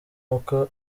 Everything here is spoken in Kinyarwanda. uko